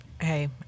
Hey